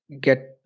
get